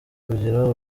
kugira